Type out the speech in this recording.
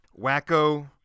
Wacko